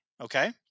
Okay